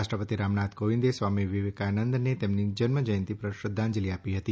રાષ્ટ્રપતિ રામનાથ કોવિંદે સ્વામી વિવેકાનંદને તેમની જન્મજયંતિ પર શ્રદ્ધાંજલી આપી હતી